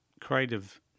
creative